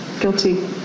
guilty